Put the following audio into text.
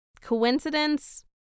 coincidence